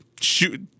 Shoot